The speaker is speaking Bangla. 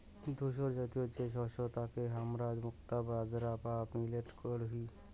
ধূসরজাতীয় যে শস্য তাকে হামরা মুক্তা বাজরা বা মিলেট কহি